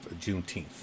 Juneteenth